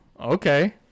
okay